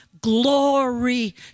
glory